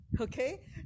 Okay